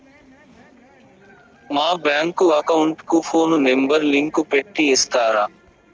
మా bank account కు phone number link పెట్టి ఇస్తారా?